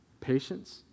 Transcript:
patience